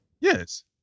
Yes